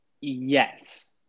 yes